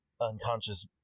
unconscious